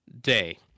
Day